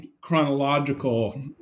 chronological